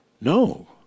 no